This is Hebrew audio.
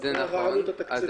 עלות תקציבית.